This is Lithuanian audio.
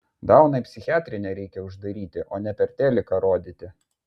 dauną į psichiatrinę reikia uždaryti o ne per teliką rodyti